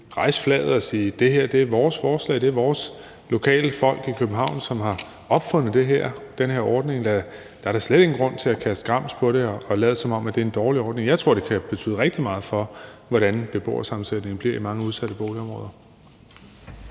hejse flaget og sige: Det her er vores forslag, det er vores lokale folk i København, som har opfundet den her ordning. Der er da slet ingen grund til at kaste vrag på det og lade, som om det er en dårlig ordning. Jeg tror, det kan betyde rigtig meget for, hvordan beboersammensætningen bliver i mange udsatte boligområder.